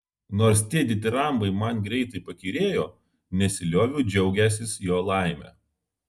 nors tie ditirambai man greitai pakyrėjo nesilioviau džiaugęsis jo laime